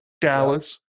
Dallas